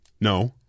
No